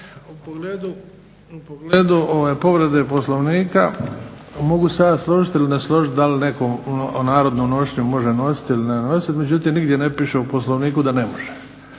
U pogledu povrede Poslovnika mogu se ja složiti ili ne složiti da li netko može narodnu nošnju nositi ili ne nositi, međutim, nigdje ne piše u Poslovniku da ne može,